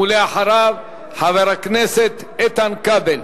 ואחריו, חבר הכנסת איתן כבל.